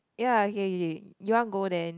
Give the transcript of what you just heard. ya K K K you want go then